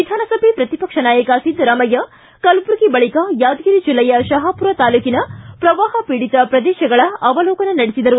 ವಿಧಾನಸಭೆ ಪ್ರತಿ ಪಕ್ಷ ನಾಯಕ ಸಿದ್ದರಾಮಯ್ಯ ಕಲಬುರಗಿ ಬಳಕ ಯಾದಗಿರಿ ಜಿಲ್ಲೆಯ ಶಹಾಪೂರ ತಾಲ್ಲೂಕಿನ ಪ್ರವಾಹ ಪೀಡಿತ ಪ್ರದೇಶಗಳ ಅವಲೋಕನ ನಡೆಸಿದರು